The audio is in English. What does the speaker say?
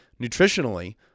Nutritionally